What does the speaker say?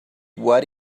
what